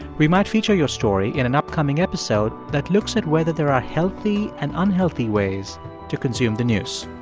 we might feature your story in an upcoming episode that looks at whether there are healthy and unhealthy ways to consume the news.